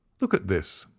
look at this!